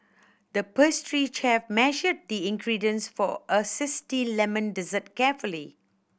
the pastry chef measured the ingredients for a lemon dessert carefully